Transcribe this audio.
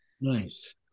Nice